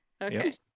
okay